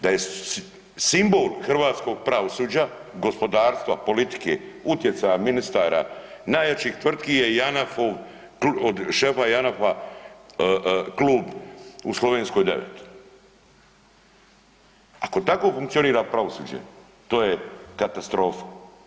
Da je simbol hrvatskog pravosuđa, gospodarstva, politike, utjecaja ministara, najjačih tvrtki je JANAF-u od šefa JANAF-a klub u Slovenskoj 9. Ako tako funkcionira pravosuđe to je katastrofa.